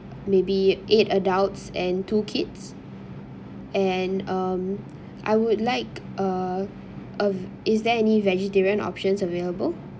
maybe eight adults and two kids and um I would like uh a is there any vegetarian options available